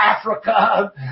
Africa